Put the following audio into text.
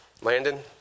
Landon